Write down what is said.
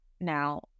now